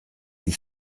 die